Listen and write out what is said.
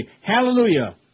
Hallelujah